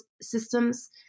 systems